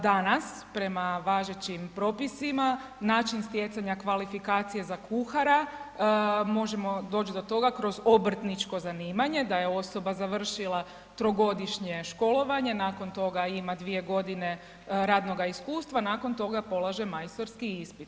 Danas prema važećim propisima način stjecanja kvalifikacije za kuhara možemo doći do toga kroz obrtničko zanimanje, da je osoba završila trogodišnje školovanje, nakon toga ima 2 godine radnoga iskustva, nakon toga polaže majstorski ispit.